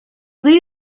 will